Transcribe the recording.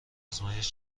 آزمایش